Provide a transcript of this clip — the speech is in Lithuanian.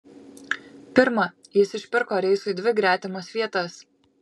pirma jis išpirko reisui dvi gretimas vietas